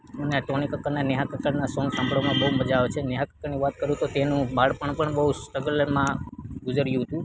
મને ટોની કક્કરને નેહા કક્કરના સોંગ સાંભળવામાં બહુ જ મજા આવે છે નેહા કક્કરની વાત કરું તો તેનું બાળપણ પણ બહુ સ્ટ્રગલરના ગુજર્યુ હતું